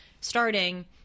starting